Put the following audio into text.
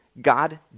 God